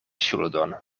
ŝuldon